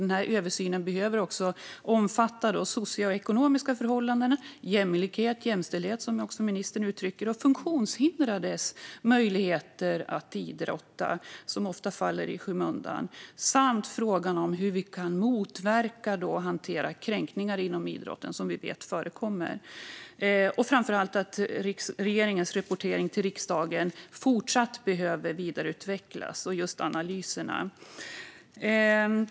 Denna översyn behöver omfatta socioekonomiska förhållanden, jämlikhet, jämställdhet, som ministern också uttryckte, och funktionshindrades möjligheter att idrotta, som ofta hamnar i skymundan, samt hur vi kan motverka och hantera kränkningar inom idrotten, som vi vet förekommer. Framför allt behöver regeringens rapportering till riksdagen fortsätta att vidareutvecklas, och det gäller just analyserna.